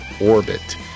orbit